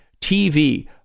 TV